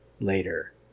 later